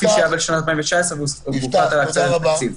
כפי שהיה בשנת 2019 והוחלט על הקצאת התקציב.